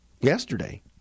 yesterday